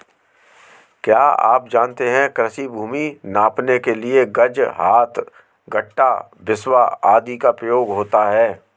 क्या आप जानते है कृषि भूमि नापने के लिए गज, हाथ, गट्ठा, बिस्बा आदि का प्रयोग होता है?